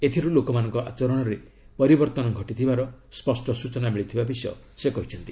ଏଥିରୁ ଲୋକମାନଙ୍କ ଆଚରଣରେ ପରିବର୍ତ୍ତନ ଘଟିଥିବାର ସ୍ୱଷ୍ଟ ସୂଚନା ମିଳିଥିବା ବିଷୟ ସେ କହିଛନ୍ତି